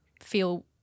feel